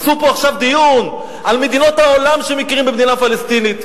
עשו פה עכשיו דיון על מדינות העולם שמכירות במדינה פלסטינית.